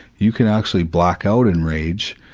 you can actually black out in rage.